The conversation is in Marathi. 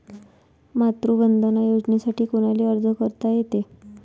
मातृवंदना योजनेसाठी कोनाले अर्ज करता येते?